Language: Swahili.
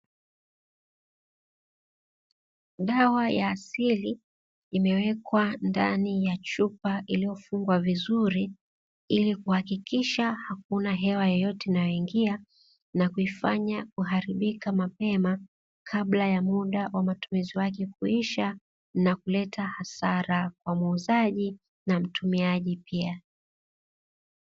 Dawa ya asili imewekwa ndani ya chupa iliyofungwa vizuri, ili kuhakikisha hakuna hewa yoyote inayoingia na kuifanya kuharibika mapema, kabla ya muda ya muda wa matumizi wake kuisha na kuleta hasara kwa muuzaji na mtumiaji pia.